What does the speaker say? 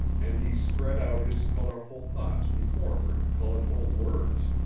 and he spread out his colorful thoughts before her in colorful words,